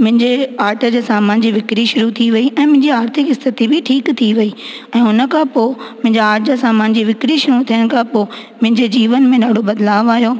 मुंहिंजे आर्ट जे सामान जी विकिरी शुरू थी वेई ऐं मुंहिंजे आर्थिक स्थति बि ठीकु थी वेई ऐं हुन खां पोइ मुंहिंजे आर्ट जा सामान जी विकिरी शुरू थियण खां पोइ मुंहिंजे जीवन में ॾाढो बदिलाउ आयो